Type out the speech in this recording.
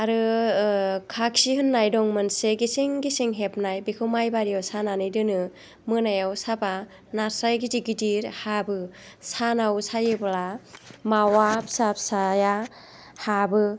आरो खाखि होननाय दं मोनसे गेसें गेसें हेबनाय बेखौ माइ बारियाव सानानै दोनो मोनायाव साबा नास्राय गिदिर गिदिर हाबो सानाव सायोब्ला मावा फिसा फिसाया हाबो